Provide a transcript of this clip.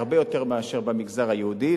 הרבה יותר מאשר במגזר היהודי,